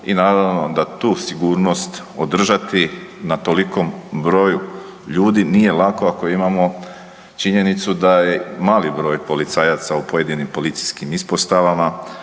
i naravno da tu sigurnost održati na tolikom broju ljudi nije lako ako imamo činjenicu da je mali broj policajaca u pojedinim policijskim ispostavama